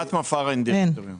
אין דירקטורים.